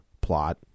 plot